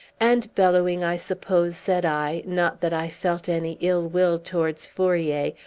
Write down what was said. and bellowing, i suppose, said i not that i felt any ill-will towards fourier,